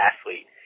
athlete